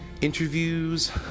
interviews